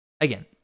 Again